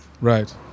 Right